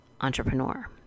entrepreneur